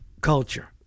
culture